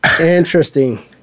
interesting